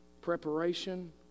preparation